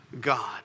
God